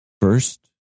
First